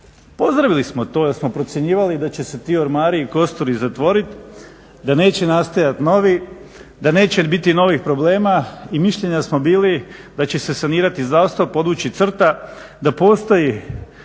Pozdravili smo to jer smo procjenjivali da će se ti ormari i kosturi zatvoriti, da neće nastajati novi, da neće biti novih problema. I mišljenja smo bili da će se sanirati zdravstvo, podvući crta, da postoji